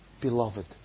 beloved